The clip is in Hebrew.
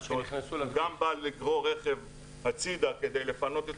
הוא גם בא לגרור רכב הצידה כדי לפנות את